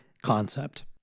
concept